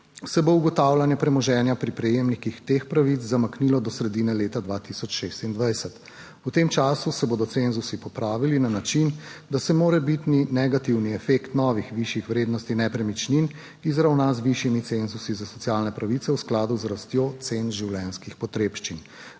se bo ugotavljanje premoženja pri prejemnikih teh pravic zamaknilo do sredine leta 2026. V tem času se bodo cenzusi popravili na način, da se morebitni negativni efekt novih višjih vrednosti nepremičnin izravna z višjimi cenzusi za socialne pravice v skladu z rastjo cen življenjskih potrebščin.